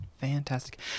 Fantastic